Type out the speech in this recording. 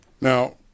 Now